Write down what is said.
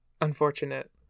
Unfortunate